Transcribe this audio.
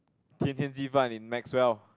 天天鸡饭: tian tian ji fan in Maxwell